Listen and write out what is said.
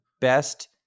best